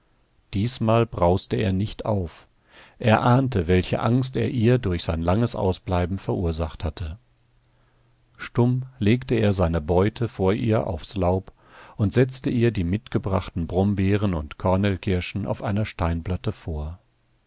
diesmal brauste er nicht auf er ahnte welche angst er ihr durch sein langes ausbleiben verursacht hatte stumm legte er seine beute vor ihr aufs laub und setzte ihr die mitgebrachten brombeeren und kornelkirschen auf einer steinplatte vor